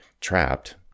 trapped